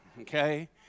Okay